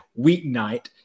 weeknight